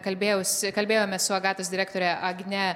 kalbėjausi kalbėjomės su agatos direktore agne